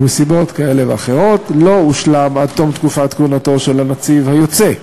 ומסיבות כאלה ואחרות לא הושלם עד תום תקופת כהונתו של הנציב היוצא.